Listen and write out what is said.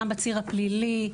גם בציר הפלילי.